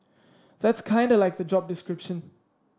that's kinda like the job description